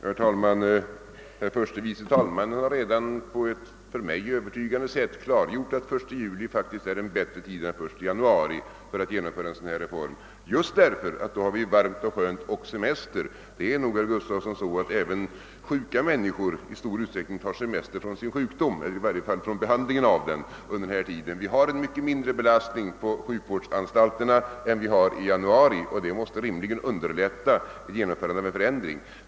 Herr talman! Herr förste vice talmannen har redan på ett för mig övertygande sätt klargjort att den 1 juli faktiskt är en bättre tidpunkt än den 1 januari för att genomföra en sådan här reform, just av den anledningen att vi då har varmt skönt väder och semester. Det är nog, herr Gustavsson i Alvesta, så att sjuka människor i stor utsträckning tar semester även från sin sjukdom — eller i varje fall från behandlingen av den — under denna tid. Belastningen på sjukhusanstalterna är mycket mindre i juli än i januari, och det bör rimligen underlätta genomförandet av en förändring.